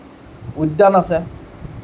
উদ্যান আছে